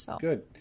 good